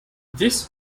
this